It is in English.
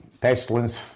pestilence